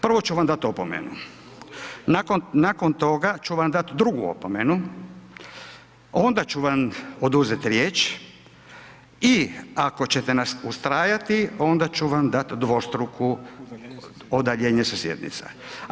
Prvo ću vam dat opomenu, nakon toga ću vam dat drugu opomenu, onda ću vam oduzet riječ i ako ćete ustrajati, onda ću vam dat dvostruku udaljenje sa sjednica.